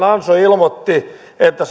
nanso ilmoitti että